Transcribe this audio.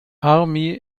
army